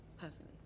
personally